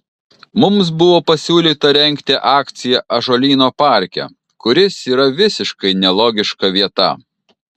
mums buvo pasiūlyta rengti akciją ąžuolyno parke kuris yra visiškai nelogiška vieta